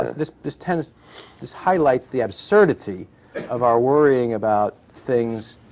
this this tends this highlights the absurdity of our worrying about things